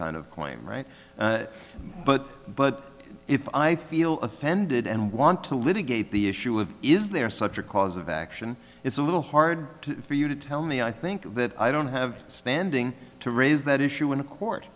kind of claim right but but if i feel offended and want to litigate the issue of is there such a cause of action it's a little hard for you to tell me i think that i don't have standing to raise that issue in a court